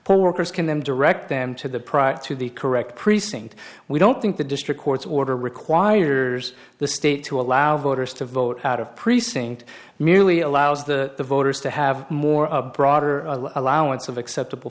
for workers can them direct them to the prior to the correct precinct we don't think the district court's order requires the state to allow voters to vote out of precinct merely allows the voters to have more of a broader allowance of acceptable